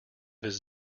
his